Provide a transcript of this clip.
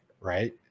right